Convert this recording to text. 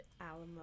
Alamo